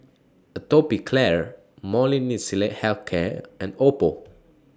Atopiclair Molnylcke Health Care and Oppo